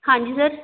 ਹਾਂਜੀ ਸਰ